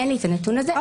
אין לי את הנתון הזה.